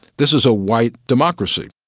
this is a white democracy.